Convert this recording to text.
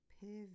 pivot